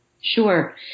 Sure